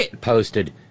posted